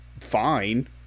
fine